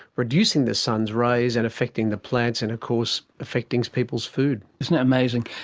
reducing the sun's rays and affecting the plants and of course affecting people's food. isn't it amazing.